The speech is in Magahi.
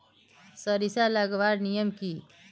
सरिसा लगवार नियम की?